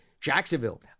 Jacksonville